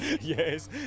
Yes